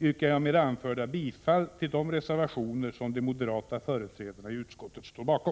yrkar jag med det anförda bifall till de reservationer som de moderata företrädarna i utskottet står bakom.